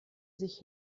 sich